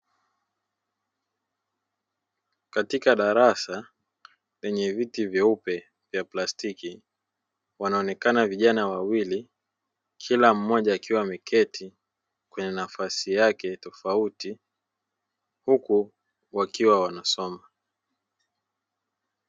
Katika darasa lenye viti vyeupe vya plastiki, wanaonekana vijana wawili kila mmoja akiwa ameketi kwenye nafasi yake tofauti huku wakiwa wanasoma.